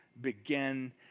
begin